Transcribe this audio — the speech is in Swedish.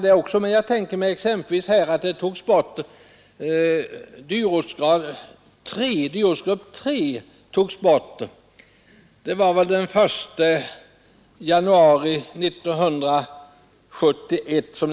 Dyrortsgrupp 3 avskaffades t.ex. den 1 januari 1971.